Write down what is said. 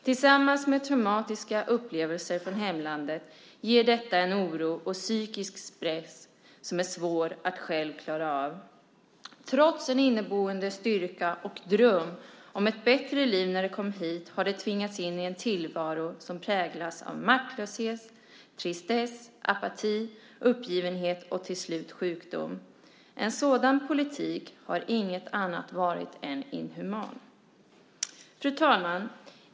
Tillsammans med traumatiska upplevelser från hemlandet ger detta en oro och psykisk stress som det är svårt att själv klara av. Trots en inneboende styrka och en dröm om ett bättre liv när de kom hit har de tvingats in i en tillvaro som präglas av maktlöshet, tristess, apati, uppgivenhet och, till slut, sjukdom. En sådan politik har inte varit annat än inhuman. Fru talman!